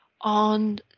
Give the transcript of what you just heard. on